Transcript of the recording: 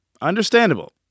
Understandable